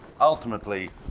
ultimately